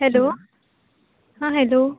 hello हां hello